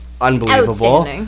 unbelievable